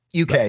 uk